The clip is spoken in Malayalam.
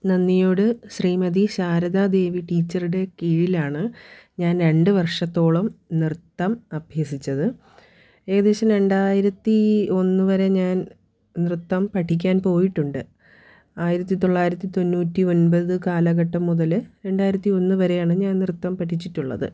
നന്ദിയോട് ശ്രീ ശാരദാദേവി ടീച്ചറുടെ കീഴിലാണ് ഞാൻ രണ്ട് വർഷത്തോളം നൃത്തം അഭ്യസിച്ചത് ഏകദേശം രണ്ടായിരത്തി ഒന്ന് വരെ ഞാൻ നൃത്തം പഠിക്കാൻ പോയിട്ടുണ്ട് ആയിരത്തി തൊള്ളായിരത്തി തൊണ്ണൂറ്റി ഒൻപത് കാലഘട്ടം മുതൽ രണ്ടായിരത്തി ഒന്ന് വരെയാണ് ഞാൻ നൃത്തം പഠിച്ചിട്ടുള്ളത്